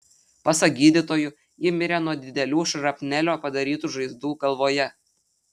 pasak gydytojų ji mirė nuo didelių šrapnelio padarytų žaizdų galvoje